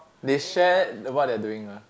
that share what they're doing ah